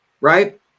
right